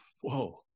Whoa